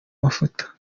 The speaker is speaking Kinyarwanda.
mafoto